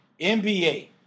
NBA